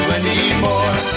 anymore